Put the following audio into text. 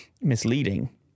misleading